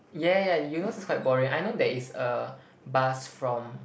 ya ya ya Eunos is quite boring I know there is a bus from